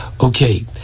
okay